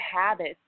habits